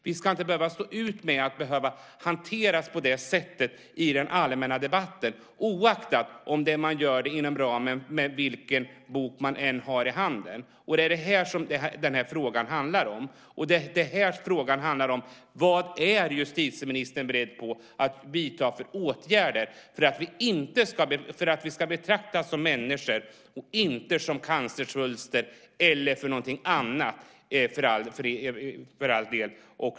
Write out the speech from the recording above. Vi ska inte behöva stå ut med att hanteras på det sättet i den allmänna debatten oavsett vilken bok som man har i handen. Det är detta som denna fråga handlar om. Vilka åtgärder är justitieministern beredd att vidta för att vi ska betraktas som människor och inte som cancersvulster eller någonting annat?